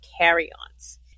carry-ons